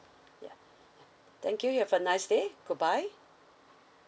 ya thank you you have a nice day goodbye